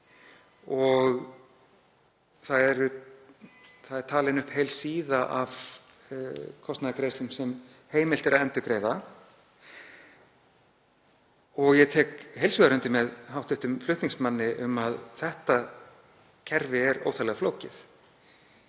og það er talin upp heil síða af kostnaðargreiðslum sem heimilt er að endurgreiða og ég tek heils hugar undir með hv. flutningsmanni um að þetta kerfi er óþarflega flókið.